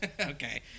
Okay